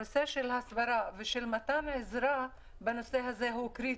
הנושא של הסברה ושל מתן עזרה בנושא הזה הוא קריטי.